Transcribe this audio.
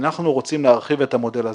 אנחנו רוצים להרחיב את המודל הזה.